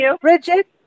Bridget